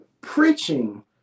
preaching